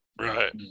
Right